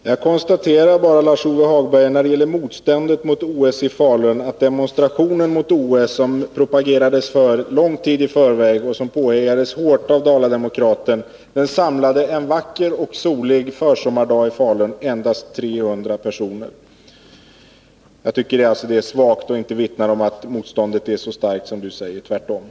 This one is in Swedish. Herr talman! Jag konstaterar bara när det gäller motståndet mot OS i Falun att den demonstration som det propagerades för lång tid i förväg, och som påhejades hårt av Dala-Demokraten, en vacker och solig försommardag i Falun samlade endast 300 personer. Jag tycker detta var svagt. Det vittnar alltså inte om att motståndet är så starkt som Lars-Ove Hagberg säger att det är.